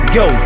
go